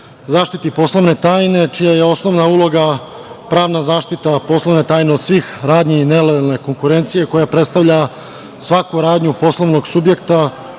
zaštiti poslovne tajne, čija je osnovna uloga pravna zaštita poslovne tajne, od svih radnji i nelojalne konkurencije, koja predstavlja svaku radnju poslovnog subjekta